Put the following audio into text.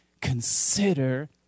consider